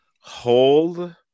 Hold